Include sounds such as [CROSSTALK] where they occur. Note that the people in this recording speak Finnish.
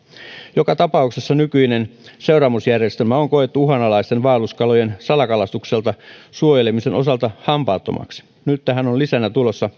joka tapauksessa nykyinen seuraamusjärjestelmä on koettu uhanalaisten vaelluskalojen salakalastukselta suojelemisen osalta hampaattomaksi nyt tähän on lisänä tulossa [UNINTELLIGIBLE]